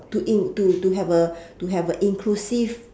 to in to to have a to have a inclusive